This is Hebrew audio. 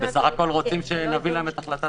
רוצים שנביא להם את החלטת